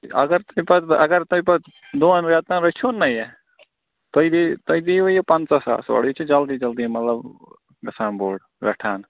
اگر تُہۍ پتہٕ اگر تُہۍ پتہٕ دۄن ریٚتَن رٔچھہوٗن نا یہِ تۄہہِ دیٖوٕ تۄہہِ دیٖوٕ یہِ پنٛژاہ ساس اورٕ یہِ چھُ جلدی جلدی مطلب گَژھان بوٚڑ ویٚٹھان